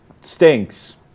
Stinks